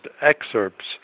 excerpts